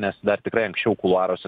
nes dar tikrai anksčiau kuluaruose